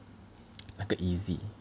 那个 easy